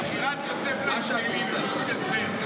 מכירת יוסף לישמעאלים, הם רוצים הסבר.